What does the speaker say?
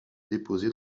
déposé